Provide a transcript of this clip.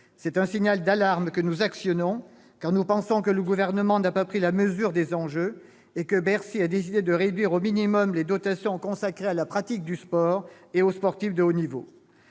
C'est un signal d'alarme que nous actionnons, car nous pensons que le Gouvernement n'a pas pris la mesure des enjeux et que Bercy a décidé de réduire au minimum les dotations consacrées à la pratique du sport et aux sportifs de haut niveau.